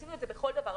ועשינו את זה בכל דבר.